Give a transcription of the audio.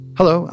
Hello